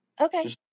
Okay